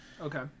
okay